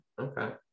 okay